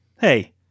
Hey